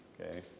Okay